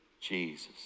Jesus